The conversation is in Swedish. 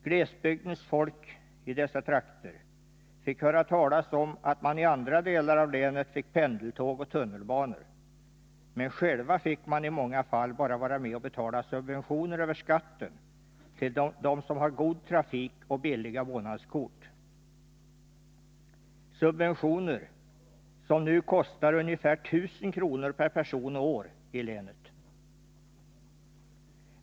Glesbygdens folk i dessa trakter fick höra talas om att man i andra delar av länet fick pendeltåg och tunnelbanor, men själva fick de i många fall bara vara med och över skatten betala subventioner till dem som har god trafik och billiga månadskort. Subventionerna i länet kostar nu ungefär 1 000 kr. per person och år.